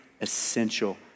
Essential